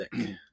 thick